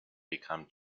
become